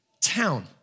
town